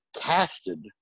casted